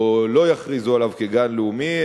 או לא יכריזו עליו כגן לאומי,